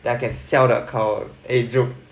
that I can sell that account eh jom